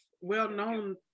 well-known